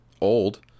old